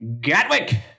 Gatwick